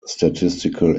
statistical